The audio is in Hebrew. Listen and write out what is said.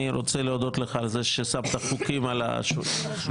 אני רוצה להודות לך על זה ששמת חוקים על השולחן.